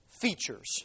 features